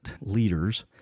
leaders